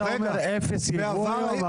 אתה אומר אפס ייבוא היום,